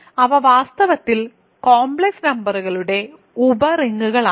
അതിനാൽ അവ വാസ്തവത്തിൽ കോംപ്ലക്സ് നമ്പർകളുടെ ഉപ റിങ്ങുകളാണ്